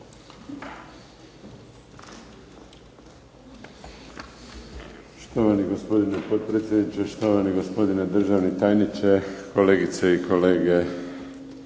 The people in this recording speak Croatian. Štovani gospodine potpredsjedniče, štovani gospodine državni tajniče, kolegice i kolege.